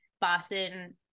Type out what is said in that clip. Boston